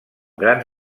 grans